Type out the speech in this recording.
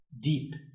deep